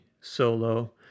solo